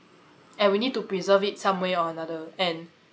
and we need to preserve it some way or another and